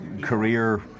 career